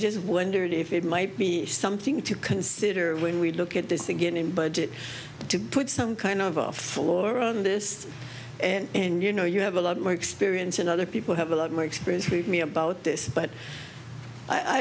just wondered if it might be something to consider when we look at this again in budget to put some kind of a floor on this and you know you have a lot more experience in other people have a lot more experience with me about this but i